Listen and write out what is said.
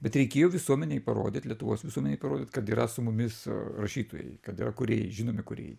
bet reikėjo visuomenei parodyt lietuvos visuomenei parodyt kad yra su mumis rašytojai kad yra kūrėjai žinomi kūrėjai